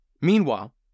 Meanwhile